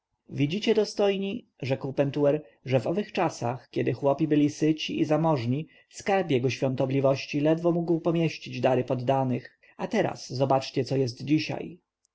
widzicie dostojni rzekł pentuer że w owych czasach kiedy chłopi byli syci i zamożni skarb jego świątobliwości ledwo mógł pomieścić dary poddanych a teraz zobaczcie co jest dzisiaj